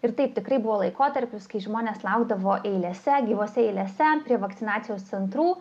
ir taip tikrai buvo laikotarpis kai žmonės laukdavo eilėse gyvose eilėse prie vakcinacijos centrų